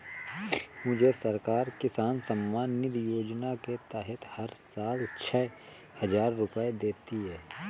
मुझे सरकार किसान सम्मान निधि योजना के तहत हर साल छह हज़ार रुपए देती है